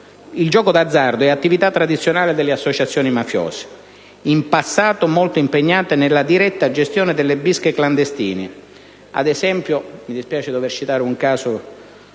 Il gioco d'azzardo è attività tradizionale delle associazioni mafiose, in passato molto impegnate nella diretta gestione delle bische clandestine